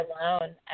alone